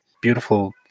beautiful